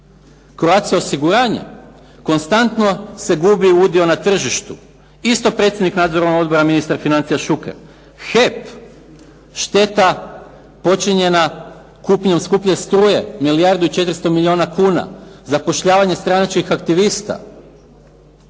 Croatia osiguranje, konstantno se gubi udio na tržištu, isto predsjednik nadzornog odbora ministar financija Šuker. HEP šteta počinjena kupnjom skuplje struje, milijardu i 400 milijuna kuna, zapošljavanje stranačkih aktivista.